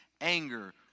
Anger